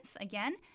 again